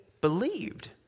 believed